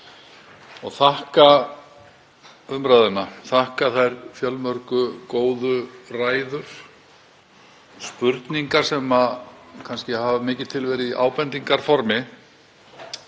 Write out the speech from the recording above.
og þakka umræðuna, þakka þær fjölmörgu góðu ræður og spurningar sem kannski hafa mikið til verið í ábendingarformi.